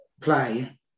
play